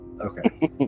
okay